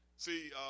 See